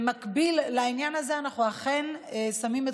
במקביל לעניין הזה אנחנו אכן שמים את